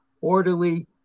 orderly